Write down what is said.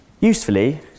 Usefully